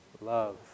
Love